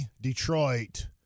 Detroit